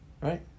Right